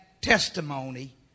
testimony